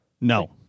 No